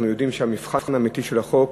אנחנו יודעים שהמבחן האמיתי של החוק